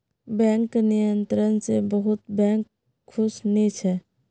bank नियंत्रण स बहुत बैंक खुश नी छ